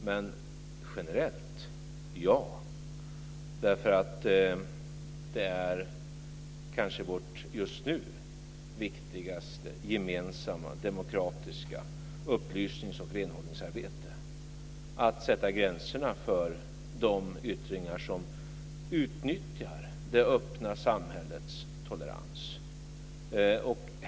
Men generellt: Ja, därför att det är kanske vårt just nu viktigaste gemensamma och demokratiska upplysnings och renhållningsarbete att sätta gränser för de yttringar som utnyttjar det öppna samhällets tolerans.